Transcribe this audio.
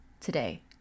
today